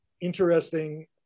interesting